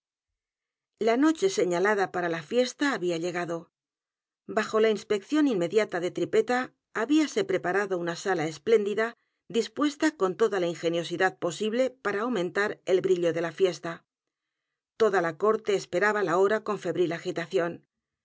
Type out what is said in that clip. la noche señalada para la fiesta había llegado bajo la inspección inmediata de tripetta habíase preparado una sala espléndida dispuesta con toda la ingeniosidad posible para aumentar el brillo de la fiesta toda la corte esperaba la hora con febril agitación